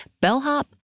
bellhop